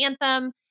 anthem